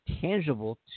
tangible